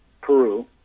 Peru